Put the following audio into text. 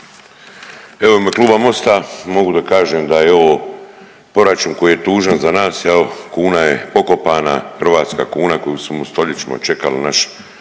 Evo u ime kluba Mota mogu da kažem da je ovo proračun koji je tužan za nas jel kuna je pokopana, hrvatska kuna koju smo stoljećima čekali našu